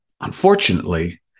unfortunately